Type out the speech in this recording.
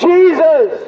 Jesus